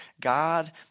God